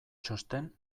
txosten